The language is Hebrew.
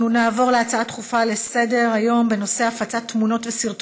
נעבור להצעה לסדר-היום מס' 9230,